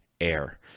air